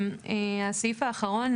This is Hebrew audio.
הסעיף האחרון,